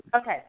Okay